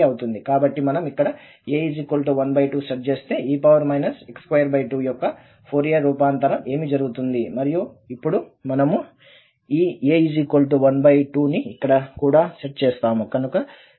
కాబట్టి మనం ఇక్కడ a 12 సెట్ చేస్తే e x22 యొక్క ఫోరియర్ రూపాంతరం ఏమి జరుగుతుంది మరియు ఇప్పుడు మనము ఈ a12 ని అక్కడ కూడా సెట్ చేస్తాము కనుక e 22 వస్తుంది